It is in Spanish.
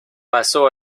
pasó